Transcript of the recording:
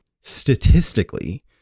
Statistically